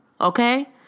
Okay